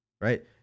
right